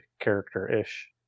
character-ish